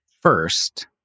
first